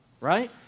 right